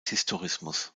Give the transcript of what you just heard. historismus